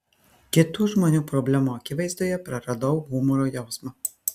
kitų žmonių problemų akivaizdoje praradau humoro jausmą